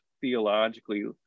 theologically